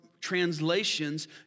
translations